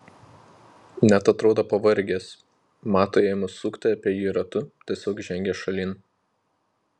net atrodo pavargęs matui ėmus sukti apie jį ratu tiesiog žengia šalin